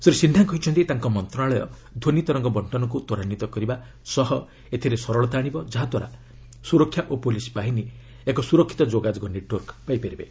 ଶ୍ରୀ ସିହ୍ନା କହିଛନ୍ତି ତାଙ୍କ ମନ୍ତ୍ରଣାଳୟ ଧ୍ୱନିତରଙ୍ଗ ବଙ୍କନଚୁ ତ୍ୱରାନ୍ୱିତ କରିବା ସହ ଏଥିରେ ସରଳତା ଆଶିବ ଯାହାଦ୍ୱାରା ସୁରକ୍ଷା ଓ ପୁଲିସ୍ ବାହିନୀ ଏକ ସୁରକ୍ଷିତ ଯୋଗାଯୋଗ ନେଟ୍ୱର୍କ ପାଇପାରିବେ